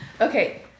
Okay